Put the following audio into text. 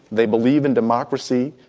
they believe in democracy.